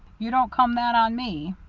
you don't come that on me.